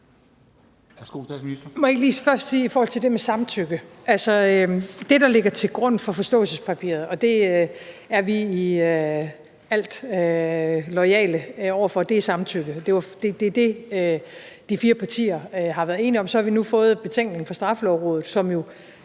jeg ikke lige først sige i forhold til det med samtykke: Det, der ligger til grund for forståelsespapiret – og det er vi i alt loyale over for – er samtykke. Det er det, de fire partier har været enige om. Så har vi nu fået betænkningen fra Straffelovrådet, som jo,